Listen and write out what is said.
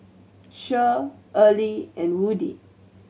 Cher Earley and Woodie